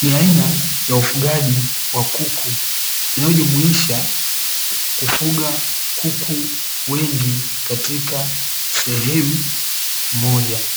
Ni aina ya ufugaji wa kuku, inayojumuisha kufuga kuku wengi katika sehemu moja,